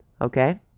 Okay